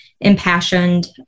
impassioned